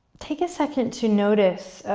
take a second to notice,